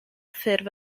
ffurf